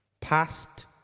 Past